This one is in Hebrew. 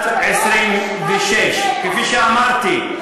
בת 26. כפי שאמרתי,